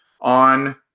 on